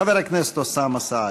חבר הכנסת אוסאמה סעדי.